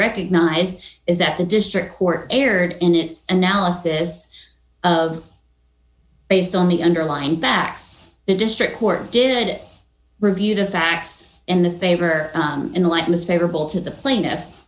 recognize is that the district court erred in its analysis of based on the underlying facts the district court did it review the facts in the favor in the light most favorable to the plaintiff